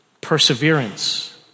perseverance